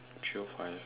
three o five